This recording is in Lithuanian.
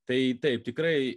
tai taip tikrai